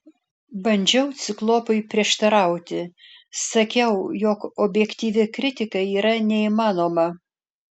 bandžiau ciklopui prieštarauti sakiau jog objektyvi kritika yra neįmanoma